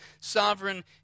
sovereign